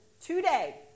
today